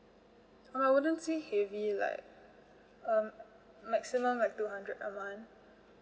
I wouldn't say heavy like uh maximum like two hundred a month